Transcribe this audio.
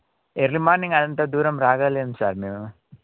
early morning అదంత దూరం రాగాలేం సార్ మేము